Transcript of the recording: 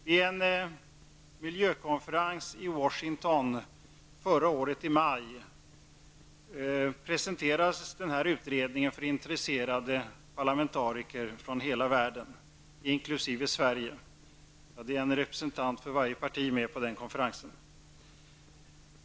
Vid en miljökonferens i Washington i maj förra året presenterades denna utredning för intresserade parlamentariker från hela världen, inkl. Sverige. Det fanns en representant för varje parti med på den konferensen.